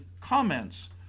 comments